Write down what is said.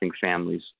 families